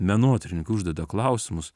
menotyrininkai uždeda klausimus